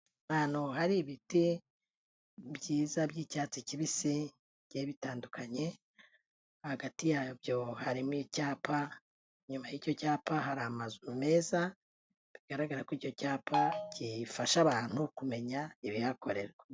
Ahantu hari ibiti byiza by'icyatsi kibisi, bigiye bitandukanye, hagati yabyo harimo icyapa, inyuma y'icyo cyapa, hari amazu meza, bigaragara ko icyo cyapa gifasha abantu kumenya ibihakorerwa.